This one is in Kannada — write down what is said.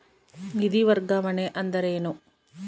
ನಿಧಿ ವರ್ಗಾವಣೆ ಅಂದರೆ ಏನು?